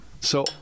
So-